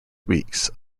weeks